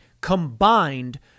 combined